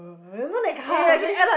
you know that kind of place lah